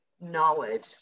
knowledge